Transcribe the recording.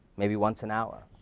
maybe once an hour.